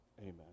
amen